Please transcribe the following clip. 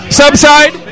subside